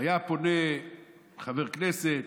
היה פונה חבר כנסת,